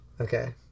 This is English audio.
Okay